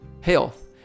health